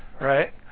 right